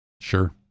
sure